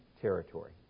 territory